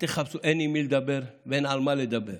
אין עם מי לדבר ואין על מה לדבר.